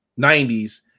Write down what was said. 90s